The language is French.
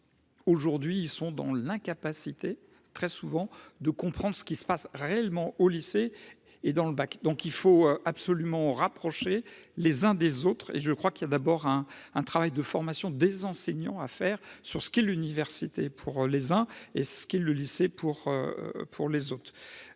aujourd'hui ils sont dans l'incapacité, très souvent de comprendre ce qui se passe réellement au lycée et dans le bac, donc il faut absolument rapprocher les uns des autres et je crois qu'il y a d'abord un, un travail de formation des enseignants à faire sur ce qu'est l'université pour les hein et ce qui est le lycée pour pour les autres,